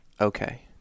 okay